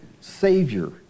Savior